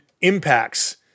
impacts